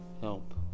help